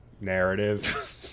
narrative